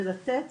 ולתת